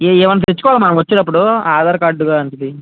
ఏ ఏమైనా తెచ్చుకోవాలా మనం వచ్చేటప్పుడు ఆధార్ కార్డు లాంటివి